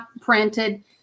printed